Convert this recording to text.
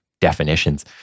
definitions